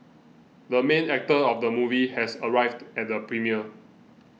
the main actor of the movie has arrived at the premiere